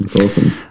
awesome